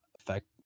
affect